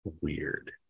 weird